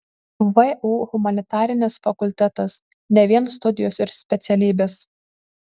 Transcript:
vu humanitarinis fakultetas ne vien studijos ir specialybės